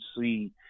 see